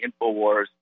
InfoWars